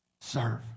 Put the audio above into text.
Serve